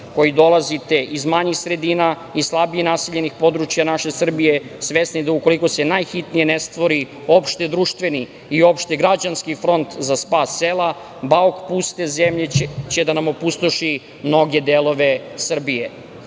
koji dolazite iz manjih sredina i slabije naseljenih područja naše Srbije, svesni da ukoliko se najhitnije ne stvori opšte-društveni i opšte-građanski front za spas sela bauk puste će da nam opustoši mnoge delove Srbije. Zato